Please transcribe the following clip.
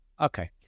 Okay